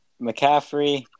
McCaffrey